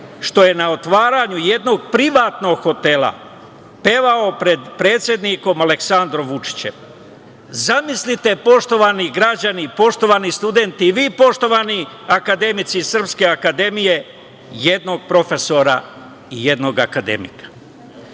što je na otvaranju jednog privatnog hotela pevao pred predsednikom Aleksandrom Vučićem. Zamisliste poštovani građani, poštovani studenti i vi poštavni akademici Srpske akademije, jednog profesora i jednog akademika. Taj